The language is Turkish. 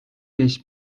beş